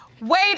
wait